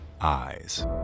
eyes